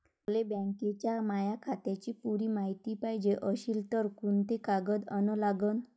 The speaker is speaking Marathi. मले बँकेच्या माया खात्याची पुरी मायती पायजे अशील तर कुंते कागद अन लागन?